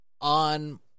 on